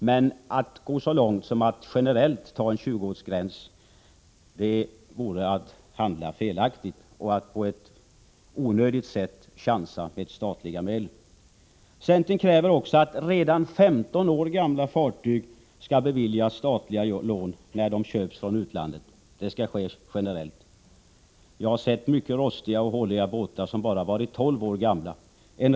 Men att gå så långt som att generellt bestämma sig för en tjugoårsgräns vore att handla felaktigt och att i onödan riskera statliga medel. Centern kräver också att redan 15 år gamla fartyg skall beviljas statliga lån när de köps från utlandet — detta skall ske generellt. Jag har sett många rostiga och dåliga båtar som bara varit 12 år gamla.